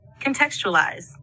contextualize